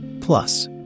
Plus